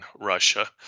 Russia